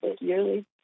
yearly